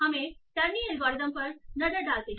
हमें टरनी एल्गोरिथ्म पर नजर डालते हैं